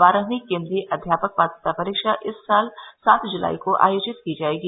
बारहवीं केंद्रीय अध्यापक पात्रता परीक्षा इस साल सात ज्लाई को आयोजित की जाएगी